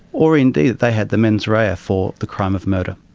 or indeed they had the mens rea for the crime of murder.